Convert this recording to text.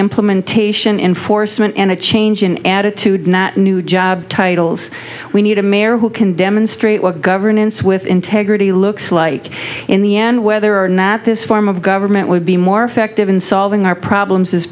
implementation enforcement and a change in attitude not new job titles we need a mayor who can demonstrate what governance with integrity looks like in the end whether or not this form of government would be more effective in solving our problems is